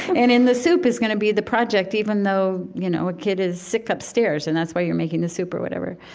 and in the soup is going to be the project, even though, you know, a kid is sick upstairs, and that's why you're making the soup, or whatever.